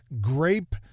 grape